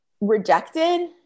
rejected